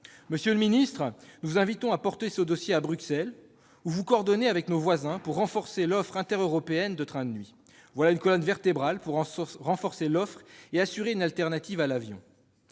Monsieur le secrétaire d'État, nous vous invitons à porter ce dossier à Bruxelles, à vous coordonner avec nos voisins pour renforcer l'offre intereuropéenne de trains de nuit. Voilà une colonne vertébrale pour renforcer l'offre et assurer une solution alternative à l'avion